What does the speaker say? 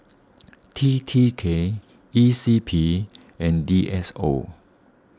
T T K E C P and D S O